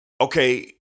Okay